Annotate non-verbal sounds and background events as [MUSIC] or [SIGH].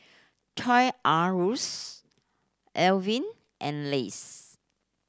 Toy R Ruse [UNINTELLIGIBLE] and Lays